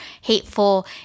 hateful